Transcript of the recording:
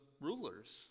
rulers